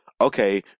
Okay